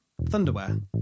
Thunderwear